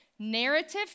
Narrative